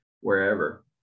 wherever